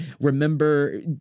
Remember